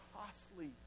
costly